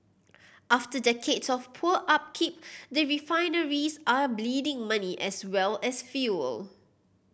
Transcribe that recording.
after decades of poor upkeep the refineries are bleeding money as well as fuel